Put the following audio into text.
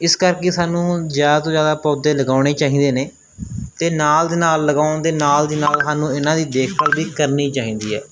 ਇਸ ਕਰਕੇ ਸਾਨੂੰ ਜ਼ਿਆਦਾ ਤੋਂ ਜ਼ਿਆਦਾ ਪੌਦੇ ਲਗਾਉਣੇ ਚਾਹੀਦੇ ਨੇ ਅਤੇ ਨਾਲ ਦੀ ਨਾਲ ਲਗਾਉਣ ਦੇ ਨਾਲ ਦੀ ਨਾਲ ਸਾਨੂੰ ਇਹਨਾਂ ਦੀ ਦੇਖਭਾਲ ਵੀ ਕਰਨੀ ਚਾਹੀਦੀ ਹੈ